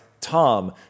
Tom